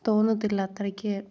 തോന്നത്തില്ല അത്രക്ക്